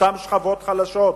אותן שכבות חלשות,